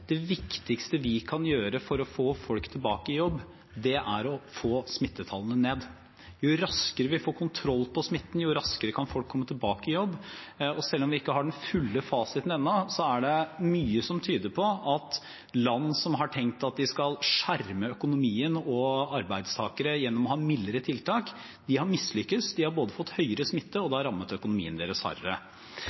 det viktigste vi kan gjøre for å få folk tilbake i jobb, er å få smittetallene ned. Jo raskere vi får kontroll på smitten, jo raskere kan folk komme tilbake i jobb. Og selv om vi ikke har den fulle fasiten ennå, er det mye som tyder på at land som har tenkt at de skal skjerme økonomien og arbeidstakerne gjennom å ha mildere tiltak, har mislyktes. De har fått høyere smitte, og det har rammet økonomien deres